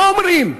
מה אומרים?